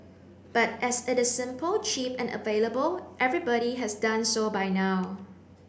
but as it is simple cheap and available everybody has done so by now